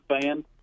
fan